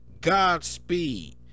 godspeed